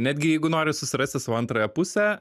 netgi jeigu nori susirasti savo antrąją pusę